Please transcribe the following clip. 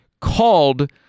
called